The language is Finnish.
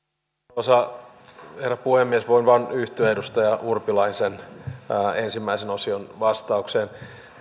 arvoisa herra puhemies voin vain yhtyä edustaja urpilaisen ensimmäisen osion vastaukseen